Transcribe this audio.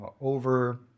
over